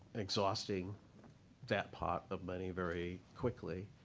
exhausting that pot of money very quickly.